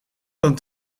van